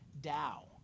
Dow